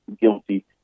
guilty